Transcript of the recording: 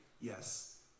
Yes